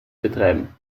betreiben